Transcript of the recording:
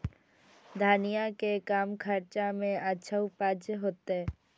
धनिया के कम खर्चा में अच्छा उपज होते?